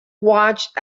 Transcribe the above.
watched